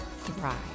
thrive